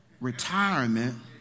retirement